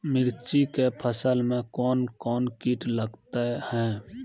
मिर्ची के फसल मे कौन कौन कीट लगते हैं?